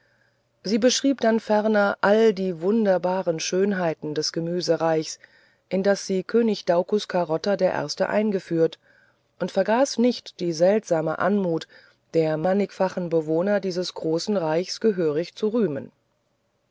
sie beschrieb dann ferner all die wunderbaren schönheiten des gemüsreichs in das sie könig daucus carota der erste eingeführt und vergaß nicht die seltsame anmut der mannigfachen bewohner dieses großen reichs gehörig zu rühmen